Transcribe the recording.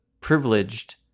privileged